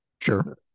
sure